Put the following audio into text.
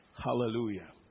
Hallelujah